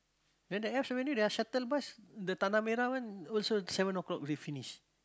then there are shuttle bus the tanah-merah one also seven o-clock ready finish